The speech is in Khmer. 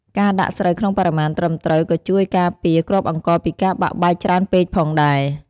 ការដាក់ស្រូវក្នុងបរិមាណត្រឹមត្រូវក៏ជួយការពារគ្រាប់អង្ករពីការបាក់បែកច្រើនពេកផងដែរ ។